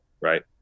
right